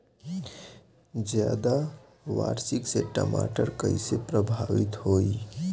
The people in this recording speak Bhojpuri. ज्यादा बारिस से टमाटर कइसे प्रभावित होयी?